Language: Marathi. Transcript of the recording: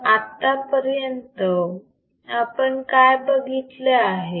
तर आत्तापर्यंत आपण काय बघितले आहे